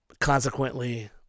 consequently